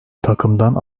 takımdan